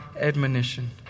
admonition